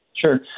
Sure